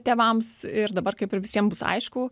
tėvams ir dabar kaip ir visiem bus aišku